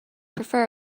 prefer